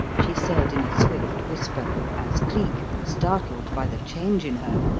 she said in a swift whisper as cleek, startled by the change in her,